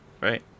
Right